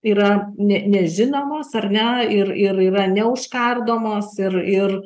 yra ne nežinomos ar ne ir ir yra neužkardomosios ir ir